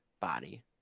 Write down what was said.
Body